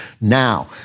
now